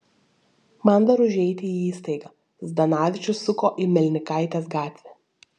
man dar užeiti į įstaigą zdanavičius suko į melnikaitės gatvę